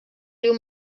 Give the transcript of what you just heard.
riu